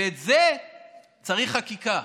ולזה צריך חקיקה.